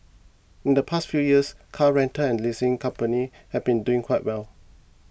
in the past few years car rental and leasing companies have been doing quite well